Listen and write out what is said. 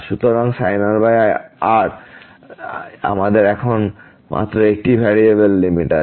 সুতরাং sin r r আমাদের এখন মাত্র একটি ভ্যারিয়েবল লিমিট আছে